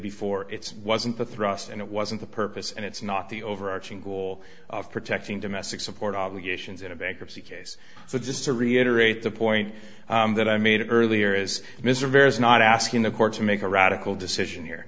before it's wasn't the thrust and it wasn't the purpose and it's not the overarching goal of protecting domestic support obligations in a bankruptcy case so just to reiterate the point that i made earlier is mr vera's not asking the court to make a radical decision here